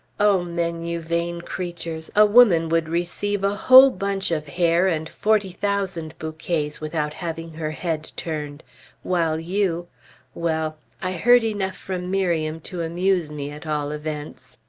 o men! you vain creatures! a woman would receive a whole bunch of hair and forty thousand bouquets, without having her head turned while you well! i heard enough from miriam to amuse me, at all events.